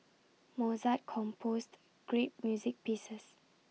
Mozart composed great music pieces